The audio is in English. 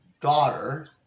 daughter